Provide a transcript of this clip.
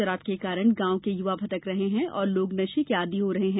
शराब के कारण गांव के युवा भटक रहे हैं और लोग नशे के आदि हो रहे हैं